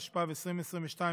התשפ"ב 2022,